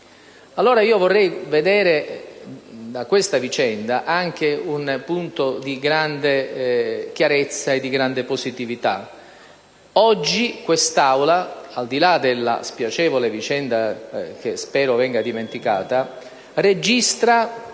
Vorrei quindi trarre da questa vicenda un elemento di grande chiarezza e di grande positività. Oggi quest'Aula, al di là della spiacevole vicenda che spero venga dimenticata, registra,